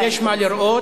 יש מה לראות.